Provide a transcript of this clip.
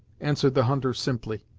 answered the hunter simply.